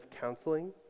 counseling